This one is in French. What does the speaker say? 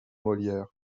molière